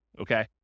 okay